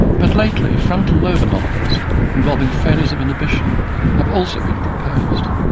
but lately, frontal lobe anomalies involving failures of inhibition have also been proposed.